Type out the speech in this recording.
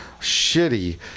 shitty